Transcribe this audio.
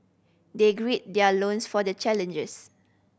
they gird their lone's for the challenges